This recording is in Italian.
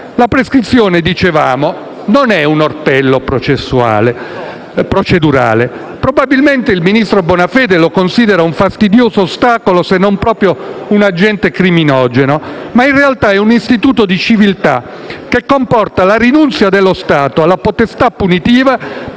La prescrizione, dicevamo, non è un orpello procedurale; probabilmente il ministro Bonafede la considera un fastidioso ostacolo, se non proprio un agente criminogeno, ma in realtà è un istituto di civiltà che comporta la rinuncia dello Stato alla potestà punitiva